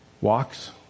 walks